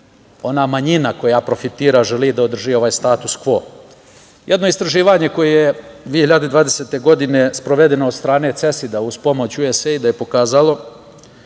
ona manjina koja profitira želi da održi ovaj status kvo. Jedno istraživanje koje je 2020. godine sprovedeno od strane CESID-a, uz pomoć USAID-a je pokazalo